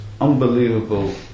unbelievable